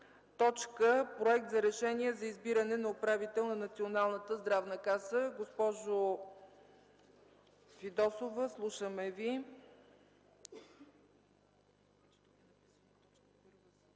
точка: „Проект за решение за избиране на управител на Националната здравна каса”. Госпожо Фидосова, слушаме Ви.